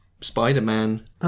Spider-Man